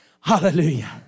Hallelujah